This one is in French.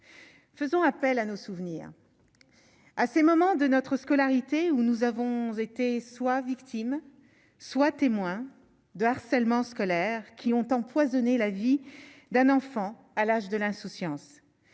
faisant appel à nos souvenirs à ces moments de notre scolarité où nous avons été soit victimes soit témoin de harcèlement scolaire qui ont empoisonné la vie d'un enfant à l'âge de l'insouciance,